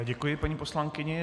Děkuji paní poslankyni.